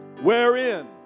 Wherein